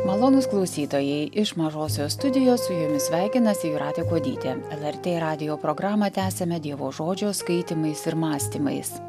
malonūs klausytojai iš mažosios studijos su jumis sveikinasi jūratė kuodytė lrt radijo programą tęsiame dievo žodžio skaitymais ir mąstymais